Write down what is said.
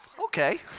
okay